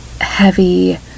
heavy